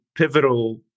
pivotal